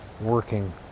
working